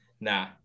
Nah